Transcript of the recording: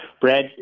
Brad